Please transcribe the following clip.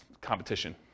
competition